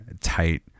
tight